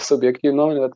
subjektyvi nuomonė bet